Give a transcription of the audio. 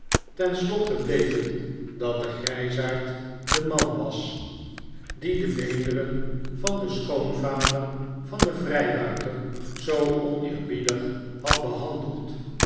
tenslotte bleek het dat de grijsaard de man was die de beenderen van den schoonvader van den vrijbuiter zoo oneerbiedig had behandeld